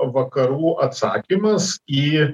vakarų atsakymas į